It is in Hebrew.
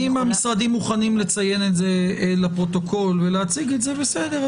אם המשרדים מוכנים לציין את זה לפרוטוקול ולהציג את זה בסדר,